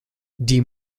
die